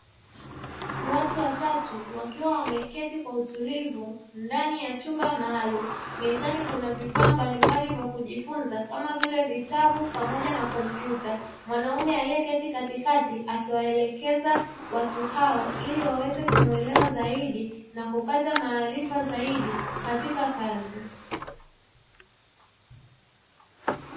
Watu watatu wakiwa wameketi kwa utulivu ndani ya chumba maalumu, mezani kuna vifaa mbalimbali vya kujifunza kama vile vitabu ma kompyuta. Mwanaume aliye keti katikati akiwaeleza watu hao ili waweze kumuelewa zaidi na kupata maarifa zaidi katika kazi.